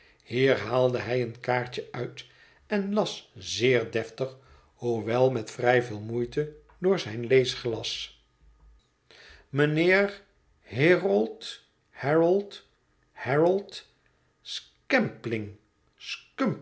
hier haalde hij een kaartje uit en las zeer deftig hoewel met vrij veel moeite door zijn leesglas mijnheer hirrold herald harold skampling